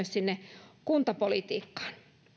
sinne kuntapolitiikkaan